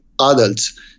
adults